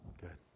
Good